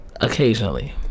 Occasionally